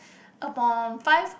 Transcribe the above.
upon five